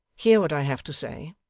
hear what i have to say